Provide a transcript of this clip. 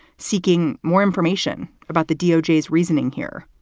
seeking more information about the doj, his reasoning here